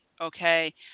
Okay